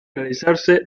realizarse